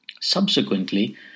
Subsequently